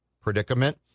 predicament